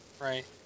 Right